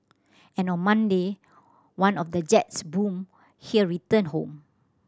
and on Monday one of the jets born here returned home